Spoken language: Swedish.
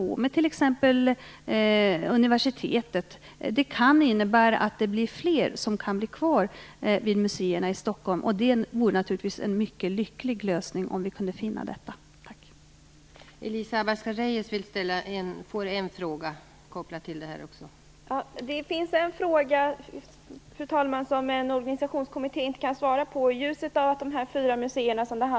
Skulle det t.ex. bli universitetet kan det innebära att fler kan bli kvar vid museerna i Stockholm, och det vore naturligtvis mycket lyckligt om vi kunde finna denna lösning. Tack.